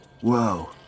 Whoa